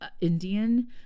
Indian